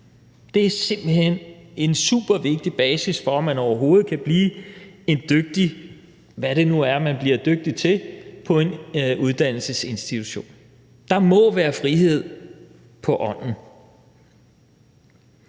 Det er simpelt hen en supervigtig basis for, at man overhovedet kan blive en dygtig, hvad det nu er, man bliver dygtig til, på en uddannelsesinstitution. Der må være frihed for ånden.